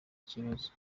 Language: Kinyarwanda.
kibazo